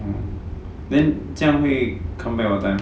then 这样会 comeback what time